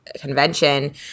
Convention